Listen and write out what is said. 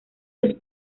sus